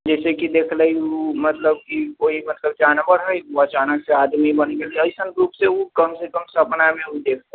जाहि से कि देखलै ओ मतलब कि कोइ मतलब जे जानवर हइ ओ अचानक से आदमी बनि गेलै अइसन रूप से ओ कम से कम सपनामे ओ देखलै